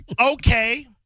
okay